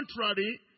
contrary